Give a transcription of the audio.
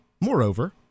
moreover